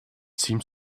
seemed